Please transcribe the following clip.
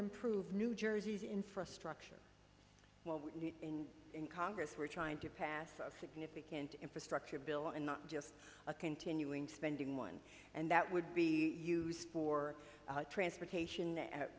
improve new jersey's infrastructure when we need in in congress were trying to pass a significant infrastructure bill and not just a continuing spending one and that would be used for transportation